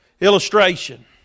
Illustration